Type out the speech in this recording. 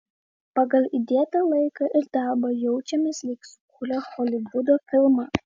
pagal įdėtą laiką ir darbą jaučiamės lyg sukūrę holivudo filmą